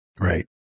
Right